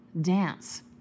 Dance